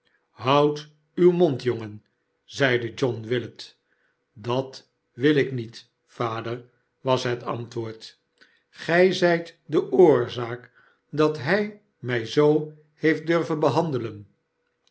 houd uwmond jongen zeide john willet dat wil ik niet vader was het antwoord gij zijt de oorzaak dat hij mij zoo heeft durven behandelen